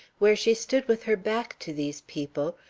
where she stood with her back to these people,